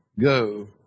go